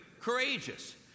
courageous